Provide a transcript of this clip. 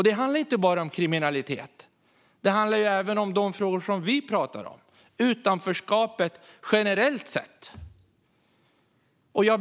Det handlar inte bara om kriminalitet, utan det handlar även om de frågor som vi pratar om - om utanförskapet generellt sett.